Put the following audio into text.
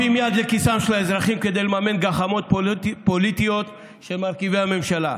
דוחפים יד לכיסם של האזרחים כדי לממן גחמות פוליטיות של מרכיבי הממשלה.